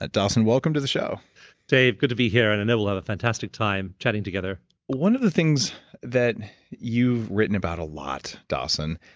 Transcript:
ah dawson, welcome to the show dave, good to be here, and i know we'll have a fantastic time chatting together one of the things that you've written about a lot, dawson,